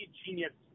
genius